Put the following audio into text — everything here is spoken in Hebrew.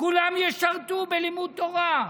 כולם ישרתו בלימוד תורה,